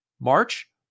March